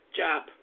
job